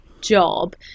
job